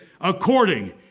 According